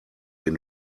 den